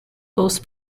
post